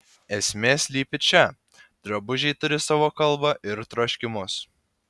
esmė slypi čia drabužiai turi savo kalbą ir troškimus